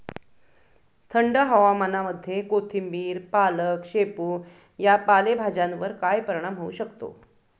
थंड हवामानामध्ये कोथिंबिर, पालक, शेपू या पालेभाज्यांवर काय परिणाम होऊ शकतो?